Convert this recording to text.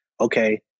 okay